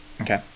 Okay